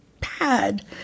pad